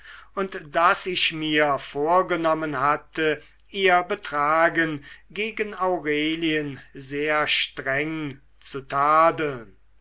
und daß ich mir vorgenommen hatte ihr betragen gegen aurelien sehr streng zu tadeln